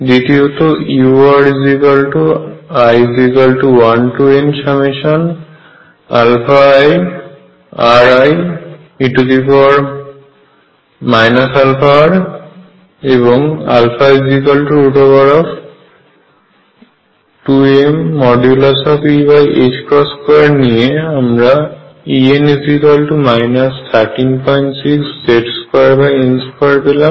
দ্বিতীয়ত uri1nairie αr এবং 2mE2 নিয়ে আমরা En 136Z2n2 পেলাম